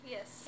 Yes